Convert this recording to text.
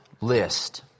list